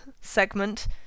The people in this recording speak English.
segment